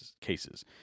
cases